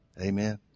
amen